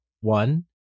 one